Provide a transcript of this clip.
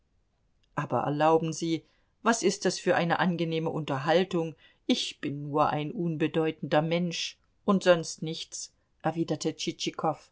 aber erlauben sie was ist das für eine angenehme unterhaltung ich bin nur ein unbedeutender mensch und sonst nichts erwiderte